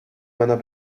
meiner